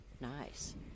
Nice